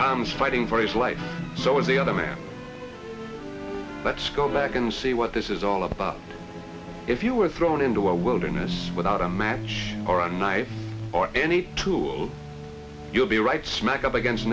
times fighting for his life so was the other man let's go back and see what this is all about if you are thrown into a wilderness without a match or a knife or any tool you'll be right smack up against